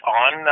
on